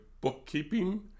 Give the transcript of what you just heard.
bookkeeping